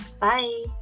Bye